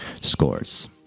scores